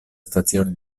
stazioni